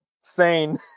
sane